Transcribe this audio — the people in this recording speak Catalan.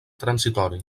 transitori